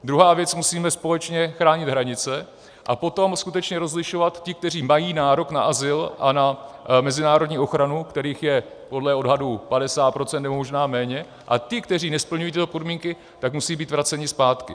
Druhá věc musíme společně chránit hranice a potom skutečně rozlišovat ty, kteří mají nárok na azyl a na mezinárodní ochranu, kterých je podle odhadů 50 %, nebo možná méně, a ti, kteří nesplňují tyto podmínky, musí být vraceni zpátky.